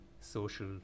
social